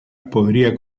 podría